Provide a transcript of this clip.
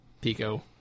Pico